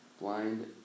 blind